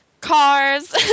cars